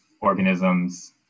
organisms